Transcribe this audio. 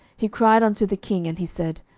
he cried unto the king and he said,